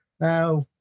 Now